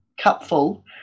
cupful